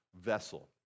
vessel